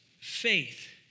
faith